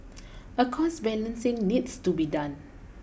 a cost balancing needs to be done